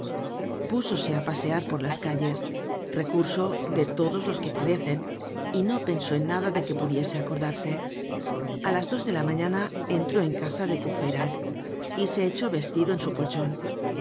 crímenes púsose á pasear por las calles recurso de todos los que padecen y no pensó en nada de que pudiese acordarse a las dos de la mañana entró en casa de courfeyrac y se echó vestido en su colchon